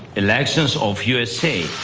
elections of usa.